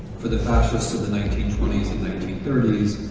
for the fascists of the nineteen twenty s and nineteen thirty s,